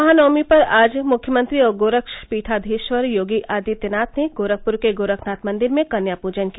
महानवमी पर आज मुख्यमंत्री और गोरक्षपीठाधीश्वर योगी आदित्यनाथ ने गोरखपुर के गोरखनाथ मंदिर में कन्या प्रजन किया